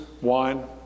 wine